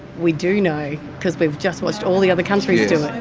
we do know because we've just watched all the other countries do it.